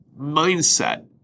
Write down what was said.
mindset